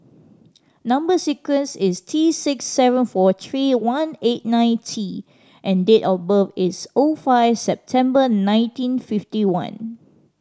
number sequence is T six seven four three one eight nine T and date of birth is O five September nineteen fifty one